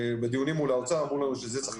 בדיונים מול האוצר אמרו לנו שעל זה צריך